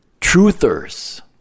truthers